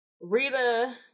Rita